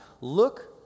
Look